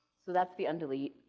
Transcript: so, that's the undelete,